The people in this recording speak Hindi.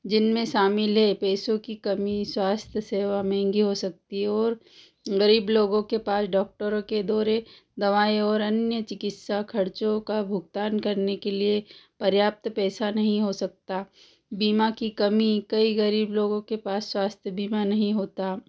जिन में शामिल है पैसों की कमी स्वास्थ्य सेवा महँगी हो सकती है और गरीब लोगों के पास डॉक्टरो के दौरे दवाई और अन्य चिकित्सा खर्चों का भुगतान करने के लिए पर्याप्त पैसा नहीं हो सकता बीमा की कमी कई गरीब लोगों के पास स्वास्थ्य बीमा नहीं होता